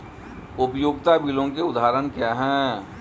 उपयोगिता बिलों के उदाहरण क्या हैं?